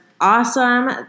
awesome